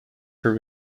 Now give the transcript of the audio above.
for